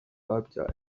babyaye